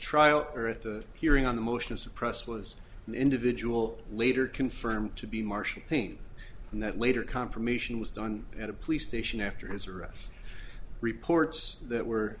trial or at the hearing on the motion of suppress was an individual later confirmed to be marcia paine and that later confirmation was done at a police station after his arrest reports that were